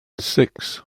six